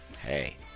hey